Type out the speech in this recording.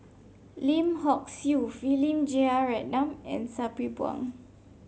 Lim Hock Siew Philip Jeyaretnam and Sabri Buang